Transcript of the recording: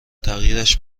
تغییرش